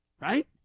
Right